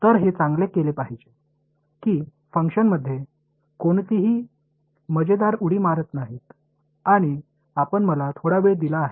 तर हे चांगले केले पाहिजे की फंक्शनमध्ये कोणतीही मजेदार उडी मारत नाहीत आणि आपण मला थोडा वेळ दिला आहे